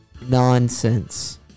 Nonsense